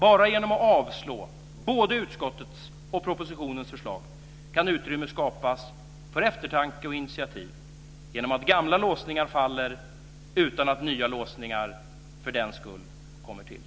Bara genom att man avslår både utskottets och propositionens förslag kan utrymme skapas för eftertanke och initiativ genom att gamla låsningar faller utan att nya låsningar för den skull kommer till.